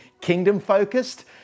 kingdom-focused